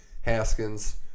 Haskins